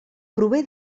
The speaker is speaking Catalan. prové